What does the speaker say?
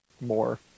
more